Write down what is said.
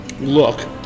look